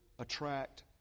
attract